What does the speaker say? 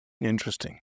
Interesting